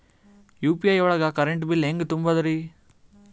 UPI ಒಳಗ current bill ಹೆಂಗ್ ತುಂಬದ್ರಿ?